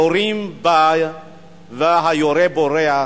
יורים בה והיורה בורח.